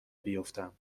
بیفتم